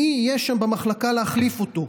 מי יהיה שם במחלקה כדי להחליף אותו?